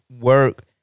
work